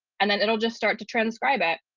and then it'll just start to transcribe it.